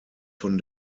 von